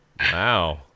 Wow